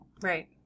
Right